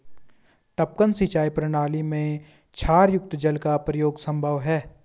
टपकन सिंचाई प्रणाली में क्षारयुक्त जल का प्रयोग संभव है